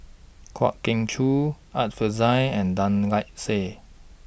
Kwa Geok Choo Art Fazil and Tan Lark Sye